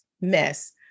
mess